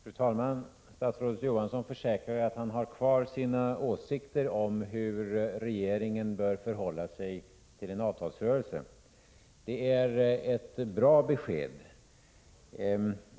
Fru talman! Statsrådet Johansson försäkrar att han har kvar sina åsikter om hur regeringen bör förhålla sig till en avtalsrörelse. Det är ett bra besked.